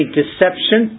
deception